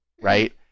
right